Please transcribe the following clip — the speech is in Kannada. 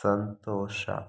ಸಂತೋಷ